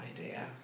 idea